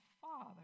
father